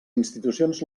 institucions